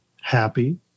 happy